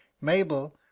Mabel